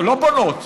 לא בונות,